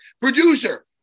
producer